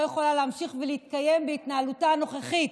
יכולה להמשיך ולהתקיים בהתנהלותה הנוכחית,